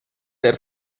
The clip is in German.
der